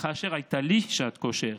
וכאשר הייתה לי שעת כושר,